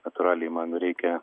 natūraliai man reikia